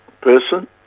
person